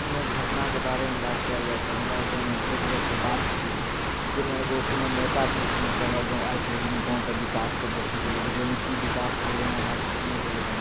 कोनो घटनाके बारेमे बात कयल जाइ तऽ हमरा गाँवमे एक बेरके बात छी जाहिमे एगो कोनो नेता छलखिन से हमरा गाँव आएल छलखिन गाँवके विकासके देखैके लेल गाँवमे की विकास भेलै हँ की नहि भेलै हँ